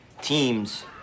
teams